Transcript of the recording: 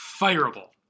Fireable